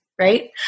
Right